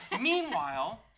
Meanwhile